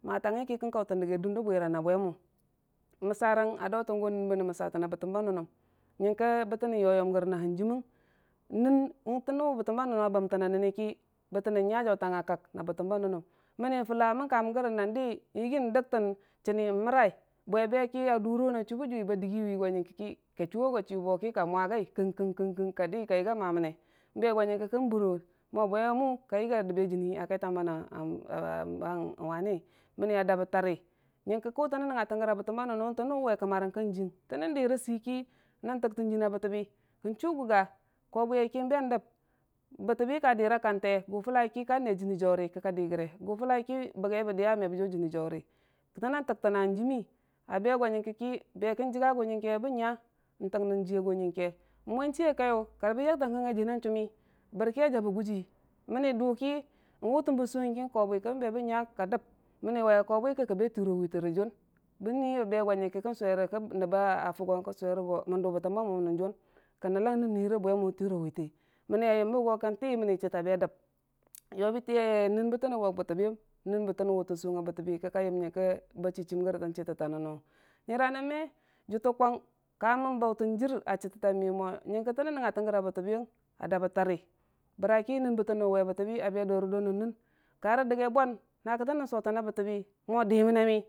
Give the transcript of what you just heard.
maa rangngi ki kon kautən dəgi dum də bwiran a bwemu mobarang a kaurən nən bənən nəngnga təii məsatona bofam ba nən nəm nyəngk bətənən yo yomba nən nəm gəre man hanjəmməng n'nən kən wʊ bərəm, ba non nəm ci bəb təna nənni ki bətənən nya jautangnga kak ki botəmi ba non nom mənni kulla mon kamən gori na dii yoggi dəktən chəni n'mərai bile a beki ddoro na chube jʊvi ba dəkgiwigo nyəngo ki ka chʊwa go chiyəyʊ ki kamva gai kɨ, kɨ, kɨ, kɨ, ka də kayəggi ya maa mənne n'be go nyəng kə ki bəre mobwe mʊ kayəggi a dəmbe jənni a kaita banang waiyu mənni a daabe tari nyong ko kʊ tənən nən ngatən gəre a bən təm ba nən nəmi tən nən wuve kəmmarang kajiiyəng tən nən dəra sə ki nən tiktən jənna bətii bii, kən chu gʊga kobwi ye kən be dəm bətobi ka dəra kante gʊ fullaki ka ne jənni jauri kəka dəgəre gʊ fʊllaki bəgai bə dəya me ba jaujənni jauri kɨtən nən tɨktən na hanjəmmi a be go nyəngkəki be kə jəkga gu nyəng ke bən nya ntɨk nən jiiya gʊ nyongke, mʊ n'chiya kaiyʊ kar bənyankɨan kanga jənnan chʊmi bərki a jabe gʊjii mənni dʊki wutən bəsʊni ki beki bən nya ka dəm mənni waiya gobwi k ka be tiro witə ri jun bən nui a be go nyəngkə kən sʊwere kə nəbba fugangngin kə sʊwere go mən dʊbətəm ba mʊol nən jʊn, kənən lang nən nuwi bwe mu tərowi tə mənni a yəmbə go kəntii wənni chəto a be dəm yobi təyeya nən botənan waʊ bottibi yəm nən bəttəna wutən suwung a bo təbi kəka yəm yəngko ba chi chim gəri tən chəttətaa nunuwung nyira nən mo dtəə gwou kan nən baltən jər a chəttətaa nyiyu mo nyəngkə yənən nəngnga tə gəra butəbi yəng aduabe tari bərki non batə mou we bərii bii a be duri dori nən kan digai bwan na kɨ nən sotəna bəti bii dəmənnami.